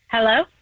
Hello